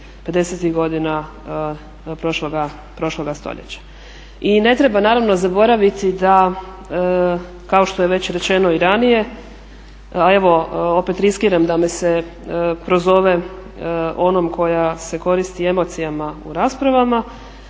'50.-ih godina prošloga stoljeća. I ne treba naravno zaboraviti da kao što je već rečeno i ranije a evo opet riskiram da me se prozove onom koja se koristi emocijama u raspravama,